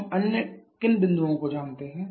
हम अन्य किन बिंदुओं को जानते हैं